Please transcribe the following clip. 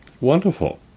Wonderful